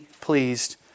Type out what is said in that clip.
pleased